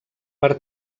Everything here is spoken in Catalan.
per